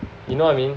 you know what I mean